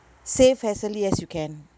save as early as you can